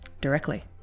directly